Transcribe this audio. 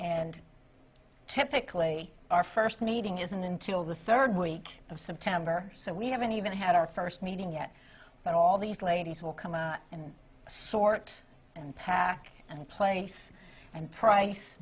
and typically our first meeting isn't until the third week of september so we haven't even had our first meeting yet but all these ladies will come out and sort and pack and place and price